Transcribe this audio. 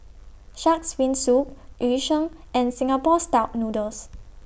Shark's Fin Soup Yu Sheng and Singapore Style Noodles